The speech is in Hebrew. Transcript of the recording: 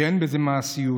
שאין בזה מעשיות.